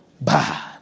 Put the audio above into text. Bad